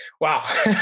Wow